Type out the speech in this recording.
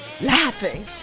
laughing